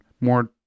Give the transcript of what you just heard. More